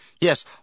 Yes